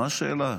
מה השאלה?